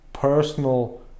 Personal